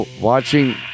Watching